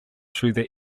through